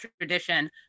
tradition